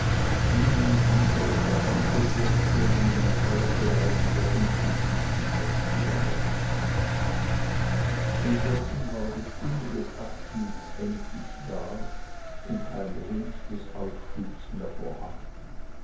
andere verwandte vorstellungen und alte leiden der unzufriedenheit zu erwecken indessen war die stunde des abschiedes endlich da und kein grund des aufschubes mehr vorhanden